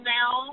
now